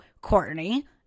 Courtney